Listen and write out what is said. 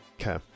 Okay